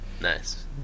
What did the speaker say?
nice